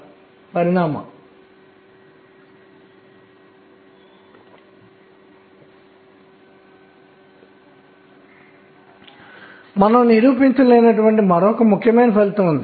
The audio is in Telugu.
వీటన్నింటిపై పరిశోధన జరుపుతున్నారు